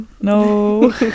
no